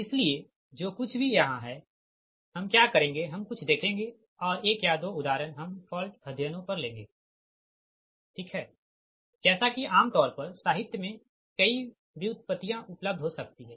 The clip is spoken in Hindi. इसलिए जो कुछ भी यहाँ है हम क्या करेंगे हम कुछ देखेंगे और एक या दो उदाहरण हम फॉल्ट अध्ययनों पर लेंगे ठीक है जैसा कि आमतौर पर साहित्य में कई व्युत्पत्तियां उपलब्ध हो सकती हैं